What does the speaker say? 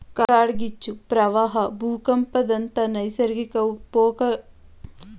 ಕಾಡ್ಗಿಚ್ಚು, ಪ್ರವಾಹ ಭೂಕಂಪದಂತ ನೈಸರ್ಗಿಕ ವಿಕೋಪಗಳಿಂದ ಭೂಮಿ ತನ್ನ ಅವನತಿಯತ್ತ ಸಾಗುತ್ತಿದೆ